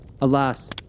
Alas